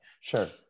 Sure